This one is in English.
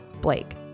Blake